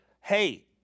Hey